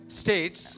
states